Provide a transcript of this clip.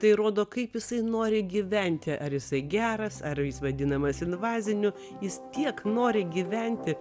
tai rodo kaip jisai nori gyventi ar jisai geras ar jis vadinamas invaziniu jis tiek nori gyventi